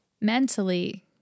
mentally